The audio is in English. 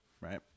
right